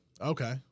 okay